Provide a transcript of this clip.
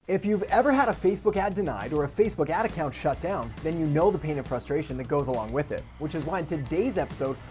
if you've ever had a facebook ad denied or a facebook ad account shut down, then you know the pain and frustration that goes along with it, which is why today's episode,